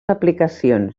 aplicacions